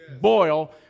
boil